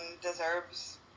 deserves